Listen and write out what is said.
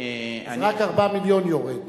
אז רק 4 מיליון יורד.